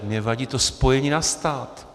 Mně vadí to spojení na stát.